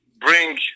bring